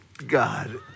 God